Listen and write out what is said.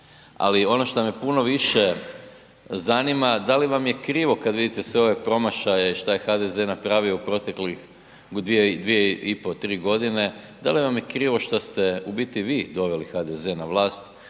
Ali, ono što me puno više zanima, da li vam je krivo kad vidite sve ove promašaje što je HDZ napravio u proteklih 2 i pol, 3 godine, da li vam je krivo što ste u biti vi doveli HDZ na vlast